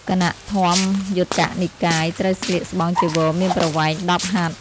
គណៈធម្មយុត្តិកនិកាយ ត្រូវស្លៀកស្បង់ចីវរមានប្រវែង ១០ ហត្ថ។